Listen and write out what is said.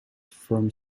from